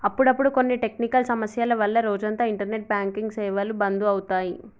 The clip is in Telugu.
అప్పుడప్పుడు కొన్ని టెక్నికల్ సమస్యల వల్ల రోజంతా ఇంటర్నెట్ బ్యాంకింగ్ సేవలు బంధు అవుతాయి